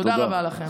תודה רבה לכם.